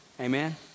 Amen